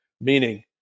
Meaning